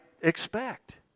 expect